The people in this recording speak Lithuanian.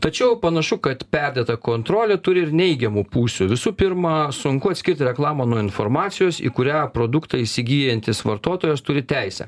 tačiau panašu kad perdėta kontrolė turi ir neigiamų pusių visų pirma sunku atskirti reklamą nuo informacijos į kurią produktą įsigyjantis vartotojas turi teisę